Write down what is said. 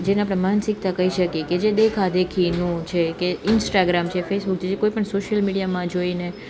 જેને આપણે માનસિકતા કહી શકીએ કે જે દેખાદેખીનું છે કે ઇન્સટાગ્રામ છે ફેસબુક જે કોઈપણ સોશિયલ મીડિયામાં જોઈને